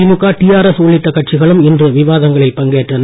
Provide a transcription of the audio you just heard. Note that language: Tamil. திமுக டிஆர்எஸ் உள்ளிட்ட கட்சிகளும் இன்று விவாதங்களில் பங்கேற்றன